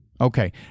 Okay